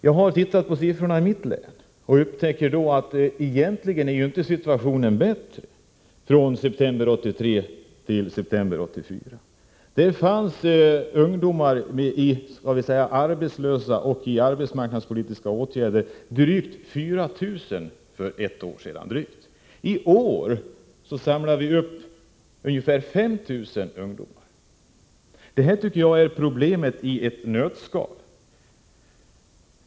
Jag har tittat på siffrorna i mitt län och har upptäckt att situationen där egentligen inte är bättre från september 1983 till september 1984. Det fanns drygt 4 000 ungdomar som var arbetslösa eller omfattades av arbetsmarknadspolitiska åtgärder för ett år sedan. I år samlade vi upp ungefär 5 000 ungdomar. Detta tycker jag är problemet i ett nötskal.